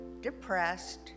depressed